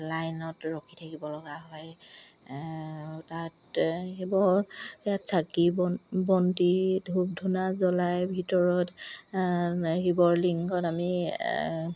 লাইনত ৰখি থাকিব লগা হয় তাত শিৱ ইয়াত চাকি বন বন্তি ধূপ ধূনা জ্বলাই ভিতৰত শিৱৰ লিংগত আমি